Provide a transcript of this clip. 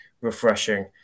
refreshing